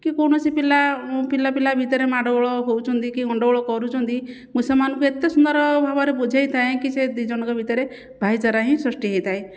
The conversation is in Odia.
କି କୌଣସି ପିଲା ପିଲାପିଲା ଭିତରେ ମାଡ଼ଗୋଳ ହେଉଛନ୍ତି କି ଗଣ୍ଡଗୋଳ କରୁଛନ୍ତି ମୁଁ ସେମାନଙ୍କୁ ଏତେ ସୁନ୍ଦର ଭାବରେ ବୁଝାଇ ଥାଏ କି ସେ ଦୁଇଜଣଙ୍କ ଭିତରେ ଭାଇ ଚାରା ହିଁ ସୃଷ୍ଟି ହୋଇଥାଏ